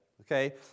okay